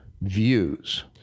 views